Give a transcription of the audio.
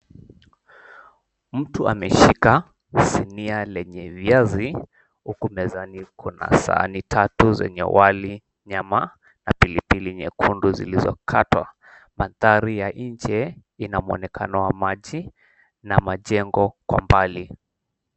Mtu ameshika sinia lenye viazi, huku mezani kuna sahani tatu zenye wali, nyama na pilipili nyekundu zilizokatwa. Mandhari ya nje ina muonekano wa maji na majengo kwa mbali.